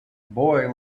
boy